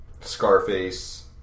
Scarface